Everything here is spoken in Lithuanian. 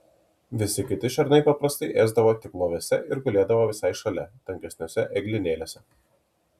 visi kiti šernai paprastai ėsdavo tik loviuose ir gulėdavo visai šalia tankesniuose eglynėliuose